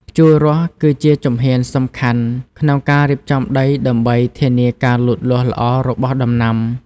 ភ្ជួររាស់គឺជាជំហានសំខាន់ក្នុងការរៀបចំដីដើម្បីធានាការលូតលាស់ល្អរបស់ដំណាំ។